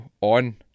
on